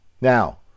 Now